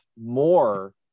more